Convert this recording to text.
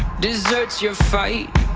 deserts your fight,